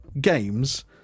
games